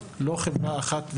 לא חברה אחת.